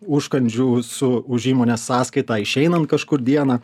užkandžių su už įmonės sąskaitą išeinant kažkur dieną